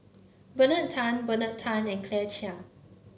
Bernard Tan Bernard Tan and Claire Chiang